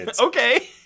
Okay